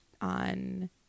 on